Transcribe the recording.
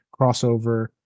crossover